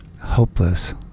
hopeless